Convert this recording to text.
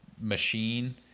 machine